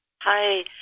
hi